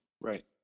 right